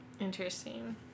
Interesting